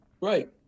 right